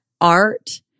art